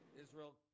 Israel